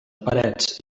parets